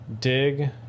Dig